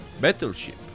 Battleship